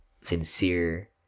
sincere